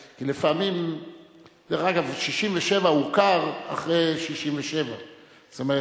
דרך אגב, 67', זה הוכר אחרי 67', זאת אומרת,